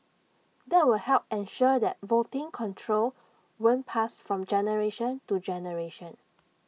that would help ensure that voting control won't pass from generation to generation